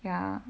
ya